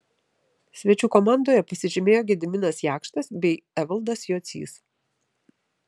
svečių komandoje pasižymėjo gediminas jakštas bei evaldas jocys